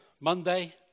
Monday